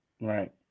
Right